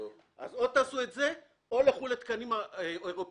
אז או שתעשו את זה או שתלכו לתקנים האירופאים,